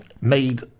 made